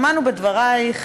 שמענו בדברייך,